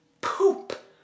poop